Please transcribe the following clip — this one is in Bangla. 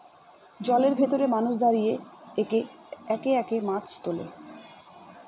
জলের ভেতরে মানুষ দাঁড়িয়ে একে একে মাছ তোলে